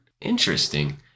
Interesting